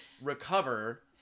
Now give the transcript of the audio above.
recover